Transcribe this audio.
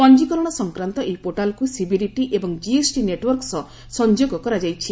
ପଞ୍ଜୀକରଣ ସଂକ୍ରାନ୍ତ ଏହି ପୋର୍ଟାଲକୁ ସିବିଡିଟି ଏବଂ ଜିଏସ୍ଟି ନେଟ୍ୱାର୍କ ସହ ସଂଯୋଗ କରାଯାଇଛି